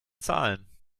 zahlen